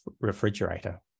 refrigerator